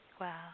Wow